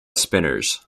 spinners